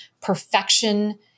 perfection